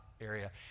area